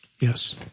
Yes